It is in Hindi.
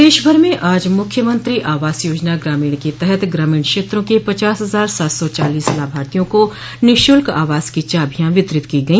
प्रदेश भर में आज मुख्यमंत्री आवास योजना ग्रामीण के तहत ग्रामीण क्षेत्रों के पचास हजार सात सौ चालीस लाभार्थियों को निःशुल्क आवास की चाभिया वितरित की गई